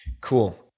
Cool